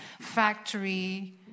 factory